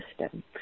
system